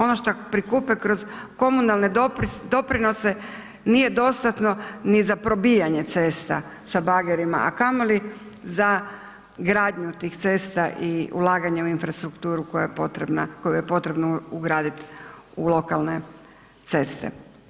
Ono šta prikupe kroz komunalne doprinose nije dostatno ni za probijanje ceste sa bagerima a kamoli za gradnju tih cesta i ulaganja u infrastrukturu koju je potrebno ugradit u lokalne ceste.